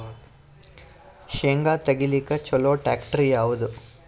ಶೇಂಗಾ ತೆಗಿಲಿಕ್ಕ ಚಲೋ ಟ್ಯಾಕ್ಟರಿ ಯಾವಾದು?